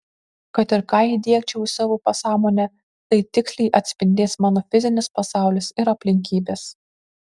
kad ir ką įdiegčiau į savo pasąmonę tai tiksliai atspindės mano fizinis pasaulis ir aplinkybės